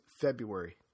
February